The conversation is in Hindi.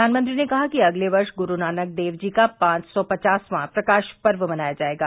प्रधानमंत्री ने कहा कि अगले वर्ष गुरु नानक देव जी का पांच सौ पचासवां प्रकाश पर्व मनाया जाएगा